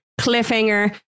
cliffhanger